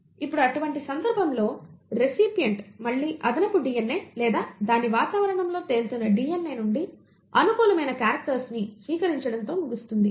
ఇప్పుడు అటువంటి సందర్భంలో రిసిపిఎంట్ మళ్లీ అదనపు DNA లేదా దాని వాతావరణంలో తేలుతున్న DNA నుండి అనుకూలమైన కేరక్టర్స్ని స్వీకరించడం ముగిస్తుంది